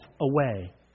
away